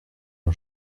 mon